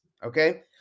Okay